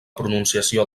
pronunciació